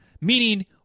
meaning